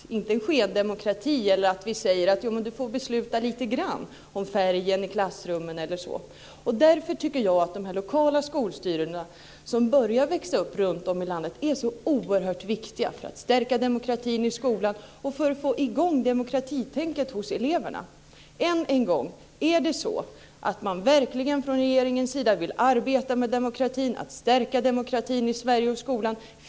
Det får inte bli en skendemokrati eller att vi säger att de får besluta lite grann om färgen i klassrummen eller så. Därför tycker jag att de lokala skolstyrelser som börjar växa upp runtom i landet är så oerhört viktiga för att stärka demokratin i skolan och för att få i gång demokratitänkandet hos eleverna. Än en gång: Är det så att regeringen verkligen vill arbeta med att stärka demokratin i Sverige och i skolan?